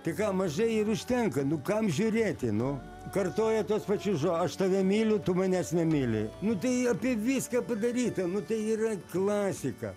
tai ką mažai ir užtenka nu kam žiūrėti nu kartoja tuos pačius žo aš tave myliu tu manęs nemyli nu tai apie viską padaryta nu tai yra klasika